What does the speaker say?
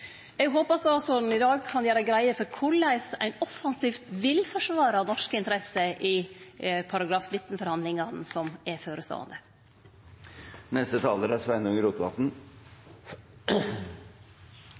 Eg håpar statsråden i dag kan gjere greie for korleis ein offensivt vil forsvare norske interesser i artikkel 19-forhandlingane, som er føreståande.